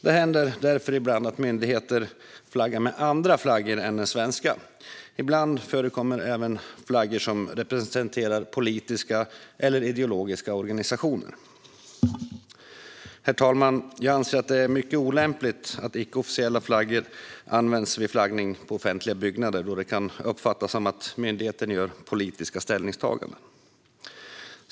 Det händer därför att myndigheter flaggar med andra flaggor än den svenska, och ibland förekommer även flaggor som representerar politiska eller ideologiska organisationer. Herr talman! Jag anser att det är mycket olämpligt att icke officiella flaggor används vid flaggning på offentliga byggnader, då detta kan uppfattas som att myndigheter gör politiska ställningstaganden.